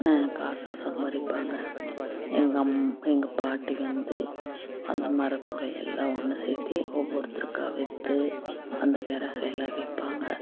காசு சம்பாரிப்பாங்க எங்கள் அம் எங்கள் பாட்டி வந்து அந்த மரத்தூளை எல்லாம் ஒன்று சேர்த்தி ஒவ்வொருத்தருக்காக விற்று அந்த விறகெல்லாம் விற்பாங்க